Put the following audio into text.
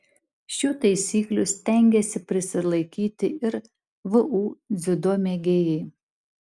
šių taisyklių stengiasi prisilaikyti ir vu dziudo mėgėjai